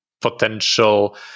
potential